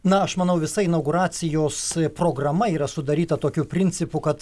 na aš manau visa inauguracijos programa yra sudaryta tokiu principu kad